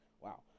Wow